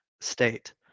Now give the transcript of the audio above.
state